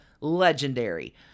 legendary